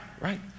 Right